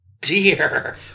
dear